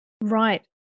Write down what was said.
Right